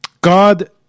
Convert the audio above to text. God